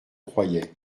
croyais